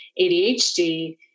ADHD